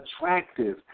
attractive